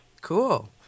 Cool